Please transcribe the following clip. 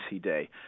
Day